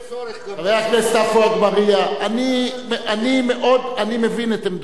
חבר הכנסת עפו אגבאריה, אני מבין את עמדותיכם.